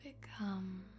become